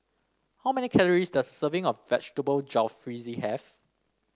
how many calories does serving of Vegetable Jalfrezi have